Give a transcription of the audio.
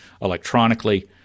electronically